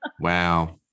Wow